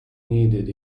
needed